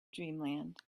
dreamland